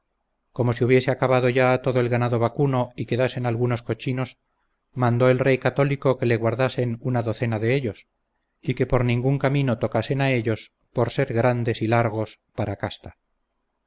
como se hubiese acabado ya todo el ganado vacuno y quedasen algunos cochinos mandó el rey católico que le guardasen una docena de ellos y que por ningún camino tocasen a ellos por ser grandes y largos para casta